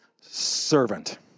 servant